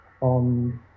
on